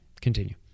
Continue